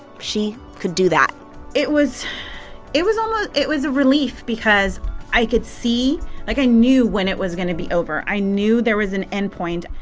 she could do that it was it was almost it was a relief because i could see like, i knew when it was going to be over. i knew there was an end point.